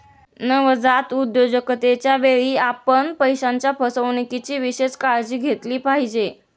नवजात उद्योजकतेच्या वेळी, आपण पैशाच्या फसवणुकीची विशेष काळजी घेतली पाहिजे